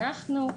אנחנו,